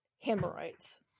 hemorrhoids